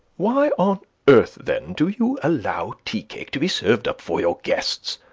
why on earth then do you allow tea-cake to be served up for your guests?